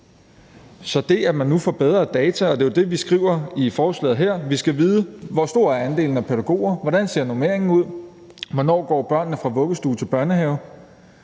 Så det, at man nu får bedre data – og det er jo det, vi skriver i forslaget her – handler om, at vi skal vide, hvor stor andelen af pædagoger er, hvordan ser normeringen ud, hvornår går børnene fra vuggestue til børnehave?